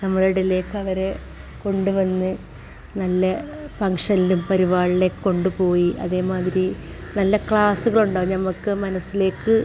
നമ്മുടെ ഇടയിലേക്ക് അവരെ കൊണ്ടുവന്ന് നല്ല ഫംഗ്ഷനിലും പരിപാടികളിൽ ഒക്കെ കൊണ്ടുപോയി അതേമാതിരി നല്ല ക്ലാസുകൾ ഉണ്ടാവും നമുക്ക് മനസ്സിലേക്ക്